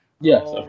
Yes